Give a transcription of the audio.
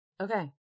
Okay